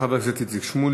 תודה לחבר הכנסת איציק שמולי.